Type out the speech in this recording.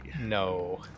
No